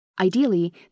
Ideally